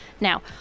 Now